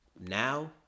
now